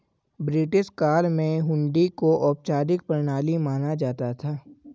British काल में हुंडी को औपचारिक प्रणाली माना जाता था